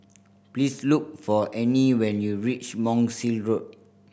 please look for Anie when you reach Monk's Road